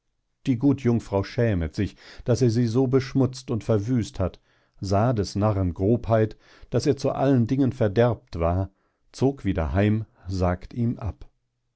die gut jungfrau schämet sich daß er sie also beschmutzt und verwüst hat sah des narren grobheit daß er zu allen dingen verderbt war zog wieder heim sagt ihm ab